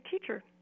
teacher